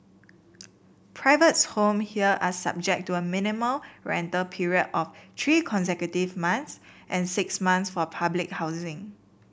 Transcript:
privates homes here are subject to a minimum rental period of three consecutive months and six months for public housing